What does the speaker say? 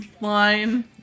line